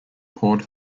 poured